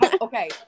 Okay